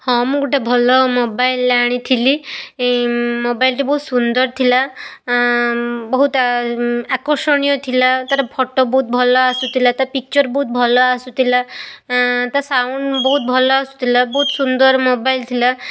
ହଁ ମୁଁ ଗୋଟେ ଭଲ ମୋବାଇଲ୍ ଆଣିଥିଲି ମୋବାଇଲ୍ଟି ବହୁତ ସୁନ୍ଦର ଥିଲା ବହୁତ ଆକର୍ଷଣୀୟ ଥିଲା ତାର ଫଟୋ ବହୁତ ଭଲ ଆସୁଥିଲା ତାର ପିକ୍ଚର ବହୁତ ଭଲ ଆସୁଥିଲା ତା ସାଉଣ୍ଡ ବହୁତ ଭଲ ଆସୁଥିଲା ବହୁତ ସୁନ୍ଦର ମୋବାଇଲ୍ ଥିଲା